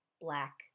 black